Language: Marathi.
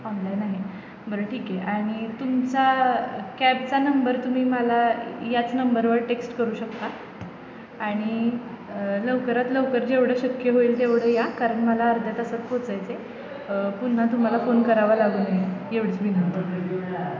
ऑनलाईन आहे बरं ठीक आहे आणि तुमचा कॅबचा नंबर तुम्ही मला याच नंबरवर टेक्स्ट करू शकता आणि लवकरात लवकर जेवढं शक्य होईल तेवढं या कारण मला अर्ध्या तासात पोचायचं आहे पुन्हा तुम्हाला फोन करावा लागू नये एवढीच विनंती आहे